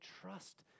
trust